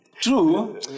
True